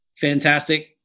Fantastic